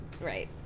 right